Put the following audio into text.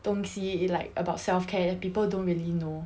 东西 like about self care that people don't really know